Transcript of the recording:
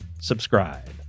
subscribe